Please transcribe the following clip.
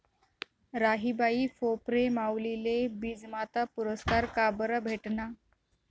राहीबाई फोफरे माउलीले बीजमाता पुरस्कार काबरं भेटना?